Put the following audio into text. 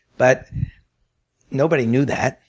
but nobody new that.